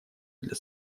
для